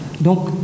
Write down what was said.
Donc